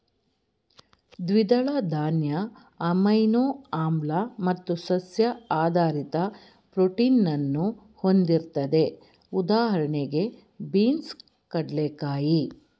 ದ್ವಿದಳ ಧಾನ್ಯ ಅಮೈನೋ ಆಮ್ಲ ಮತ್ತು ಸಸ್ಯ ಆಧಾರಿತ ಪ್ರೋಟೀನನ್ನು ಹೊಂದಿರ್ತದೆ ಉದಾಹಣೆಗೆ ಬೀನ್ಸ್ ಕಡ್ಲೆಕಾಯಿ